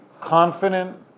confident